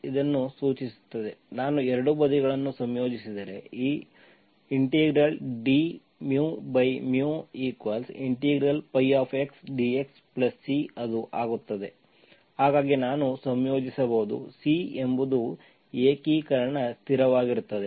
ಇದು ಸೂಚಿಸುತ್ತದೆ ನಾನು ಎರಡೂ ಬದಿಗಳನ್ನು ಸಂಯೋಜಿಸಿದರೆ ಈ dμx dx C ಅದು ಆಗುತ್ತದೆ ಹಾಗಾಗಿ ನಾನು ಸಂಯೋಜಿಸಬಹುದು C ಎಂಬುದು ಏಕೀಕರಣ ಸ್ಥಿರವಾಗಿರುತ್ತದೆ